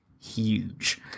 huge